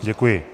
Děkuji.